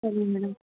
சரிங்க மேடம்